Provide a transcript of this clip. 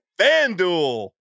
FanDuel